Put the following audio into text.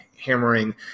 hammering